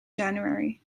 january